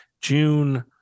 June